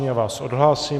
Já vás odhlásím.